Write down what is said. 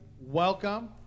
Welcome